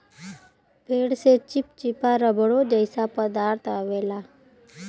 पेड़ से चिप्चिपा रबड़ो जइसा पदार्थ अवेला